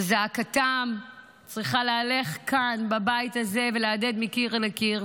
וזעקתם צריכה להלך כאן בבית הזה ולהדהד מקיר לקיר,